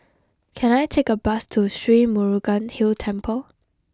can I take a bus to Sri Murugan Hill Temple